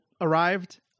arrived